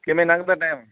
ਕਿਵੇਂ ਲੰਘਦਾ ਟਾਈਮ